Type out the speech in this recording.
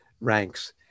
ranks